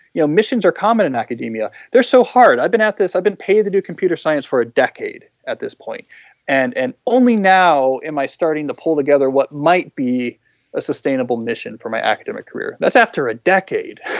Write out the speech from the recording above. you know missions are common in academia. they are so hard. i have been at this. i have been paying to do computer science for a decade at this point and and only now am i starting to pull together what might be a sustainable mission for my academic career. that's after a decade,